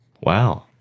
Wow